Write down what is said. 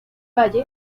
valle